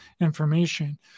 information